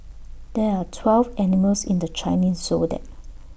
there're twelve animals in the Chinese Zodiac